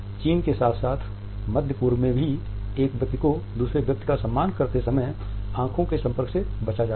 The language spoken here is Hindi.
चीन के साथ साथ मध्य पूर्व में भी एक व्यक्ति को दूसरे व्यक्ति का सम्मान करते समय आंखों के संपर्क से बचा जाता है